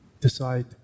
decide